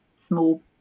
small